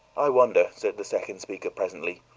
i wonder, said the second speaker presently,